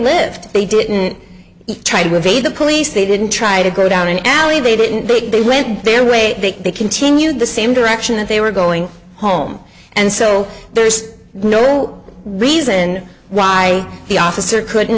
lived they didn't try to evade the police they didn't try to go down an alley they didn't big they went their way they continued the same direction that they were going home and so there's no reason why the officer couldn't